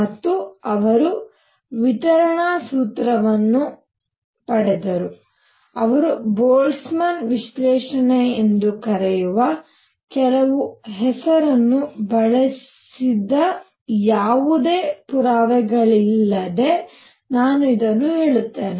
ಮತ್ತು ಅವರು ವಿತರಣಾ ಸೂತ್ರವನ್ನು ಪಡೆದರು ಅವರು ಬೋಲ್ಟ್ಜ್ಮನ್ ವಿಶ್ಲೇಷಣೆ ಎಂದು ಕರೆಯುವ ಕೆಲವು ಹೆಸರನ್ನು ಬಳಸಿದ ಯಾವುದೇ ಪುರಾವೆಗಳಿಲ್ಲದೆ ನಾನು ಇದನ್ನು ಹೇಳುತ್ತೇನೆ